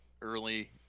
early